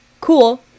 cool